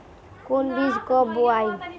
कौन बीज कब बोआला?